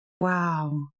Wow